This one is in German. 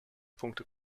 punkte